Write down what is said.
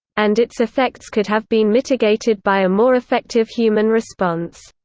and its effects could have been mitigated by a more effective human response.